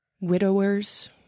widowers